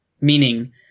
Meaning